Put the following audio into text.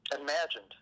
imagined